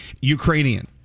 Ukrainian